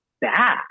bad